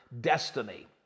destiny